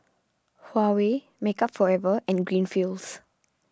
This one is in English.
Huawei Makeup Forever and Greenfields